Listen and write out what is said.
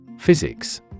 Physics